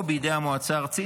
או בידי המועצה הארצית,